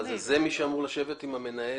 זה מי שאמור לשבת עם המנהל?